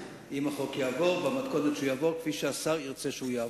אם החוק יעבור במתכונת שהוא יעבור כפי שהשר ירצה שהוא יעבור,